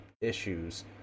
issues